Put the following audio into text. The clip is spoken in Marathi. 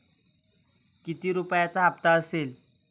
किती रुपयांचा हप्ता असेल?